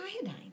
iodine